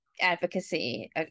advocacy